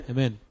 Amen